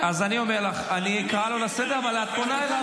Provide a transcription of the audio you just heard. כאשר יושב בן אדם ואומר לי, לאחותך, אני אחות שלך,